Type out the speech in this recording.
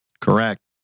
Correct